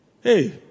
Hey